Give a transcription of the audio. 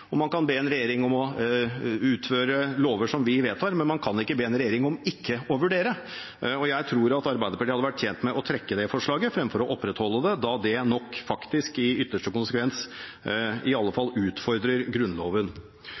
man kan be en regjering om å utføre lover som vi vedtar, men man kan ikke be en regjering om ikke å vurdere. Jeg tror at Arbeiderpartiet hadde vært tjent med å trekke det forslaget fremfor å opprettholde det, da det nok faktisk i ytterste konsekvens iallfall utfordrer Grunnloven. Helt til slutt skal jeg avslutte i